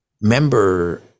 member